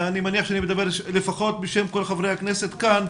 אני מניח שאני מדבר לפחות בשם כל חברי הכנסת כאן,